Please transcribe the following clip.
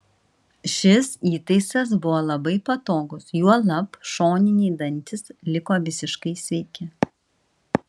šis įtaisas buvo labai patogus juolab šoniniai dantys liko visiškai sveiki